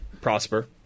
Prosper